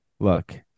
Look